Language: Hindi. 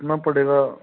कितना पड़ेगा